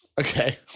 Okay